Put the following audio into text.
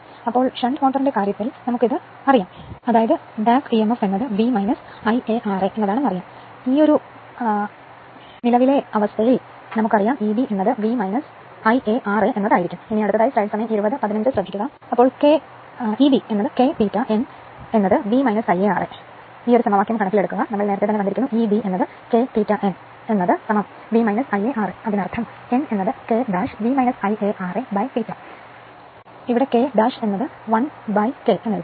ഇപ്പോൾ ഒരു ഷണ്ട് മോട്ടോറിന്റെ കാര്യത്തിൽ നമുക്ക് ഇത് തിരികെ അറിയാം emf V Ia ra പ്രവർത്തിക്കുന്ന അവസ്ഥയിൽ നമുക്ക് അത് അറിയാം അതിനാൽ ഇത് Eb V Ia ra ആണ് അതിനാൽ Eb K ∅ n V Ia ra അതിനർത്ഥം n നമുക്ക് K V Ia ra write എഴുതാം അവിടെ K 1 ന് K